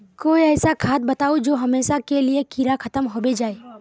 कोई ऐसा खाद बताउ जो हमेशा के लिए कीड़ा खतम होबे जाए?